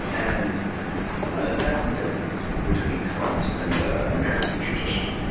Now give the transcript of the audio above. and that's a difference between kant and the american tradition.